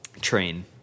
train